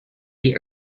the